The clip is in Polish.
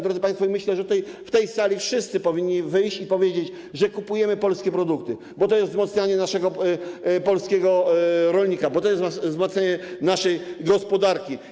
Drodzy państwo, myślę, że tutaj, w tej sali wszyscy powinni wyjść i powiedzieć, że kupują polskie produkty, bo to jest wzmacnianie polskiego rolnika, to jest wzmacnianie naszej gospodarki.